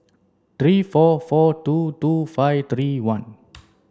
three four four two two five three one